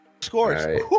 Scores